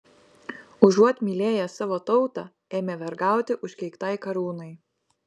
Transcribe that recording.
užuot mylėję savo tautą ėmė vergauti užkeiktai karūnai